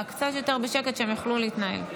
רק קצת יותר בשקט, שהם יוכלו להתנהל.